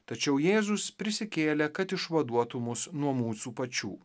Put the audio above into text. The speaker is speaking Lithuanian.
tačiau jėzus prisikėlė kad išvaduotų mus nuo mūsų pačių